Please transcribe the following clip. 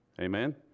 Amen